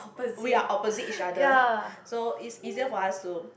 we are opposite each other so it's easier for us to